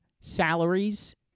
salaries